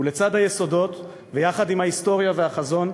ולצד היסודות, ויחד עם ההיסטוריה והחזון,